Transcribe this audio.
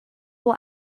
will